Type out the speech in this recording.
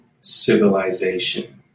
Civilization